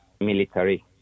military